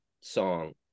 song